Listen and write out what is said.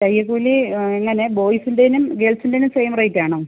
തയ്യൽക്കൂലി എങ്ങനെ ബോയ്സിൻറേനും ഗേൾസിൻറേനും സെയിം റേറ്റ് ആണോ